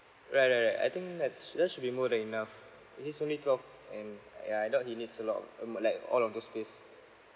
right right right I think that's that should be more than enough he's only twelve and yeah I doubt he needs a lot of um like all of those space